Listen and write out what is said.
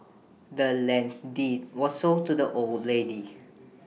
the land's deed was sold to the old lady